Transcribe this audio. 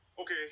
Okay